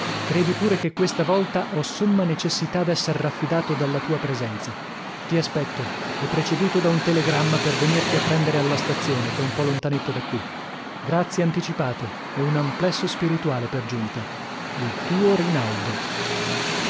credi pure che questa volta ho somma necessità d'essere raffidato dalla tua presenza ti aspetto e preceduto da un telegramma per venirti a prendere alla stazione ch'è un po lontanetta da qui grazie anticipate e un amplesso spirituale per giunta rinaldo